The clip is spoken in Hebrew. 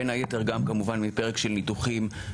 בין היתר גם כמובן מפרק של ניתוחים.